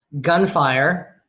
gunfire